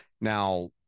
Now